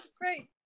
great